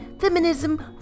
feminism